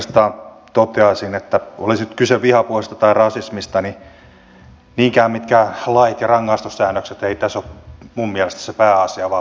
oikeastaan toteaisin että oli sitten kyse vihapuheesta tai rasismista niin niinkään mitkään lait ja rangaistussäännökset eivät tässä ole minun mielestäni se pääasia vaan pääasia on asenteet